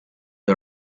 the